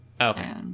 Okay